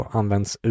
används